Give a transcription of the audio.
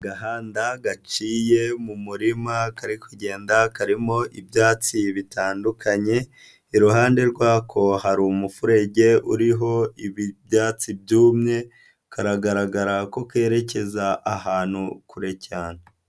Agahanda gaciye mu muririma, kari kugenda, karimo ibyatsi bitandukanye, iruhande rwako hari umufure uriho ibyatsi byumye, karagaragara ko kerekeza ahantu kure cyane.